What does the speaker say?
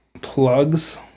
plugs